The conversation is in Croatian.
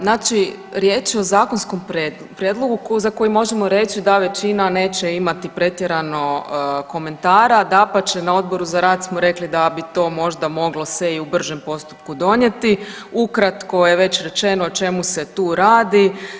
Znači, riječ je o zakonskom prijedlogu za koji možemo reći da većina neće imati pretjerano komentara, dapače, na Odboru za rad smo rekli da bi to možda moglo se i u bržem postupku donijeti, ukratko je već rečeno o čemu se tu radi.